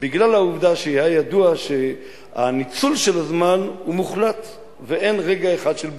בגלל העובדה שהיה ידוע שהניצול של הזמן הוא מוחלט ואין רגע אחד של בטלה.